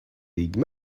league